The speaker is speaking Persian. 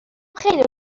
خیلی